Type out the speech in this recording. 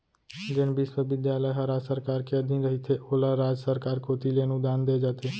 जेन बिस्वबिद्यालय ह राज सरकार के अधीन रहिथे ओला राज सरकार कोती ले अनुदान देय जाथे